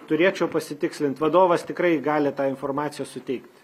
turėčiau pasitikslint vadovas tikrai gali tą informaciją suteikt